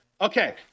Okay